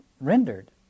rendered